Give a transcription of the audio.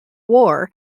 war